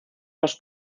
los